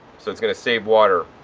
so it's going to save water.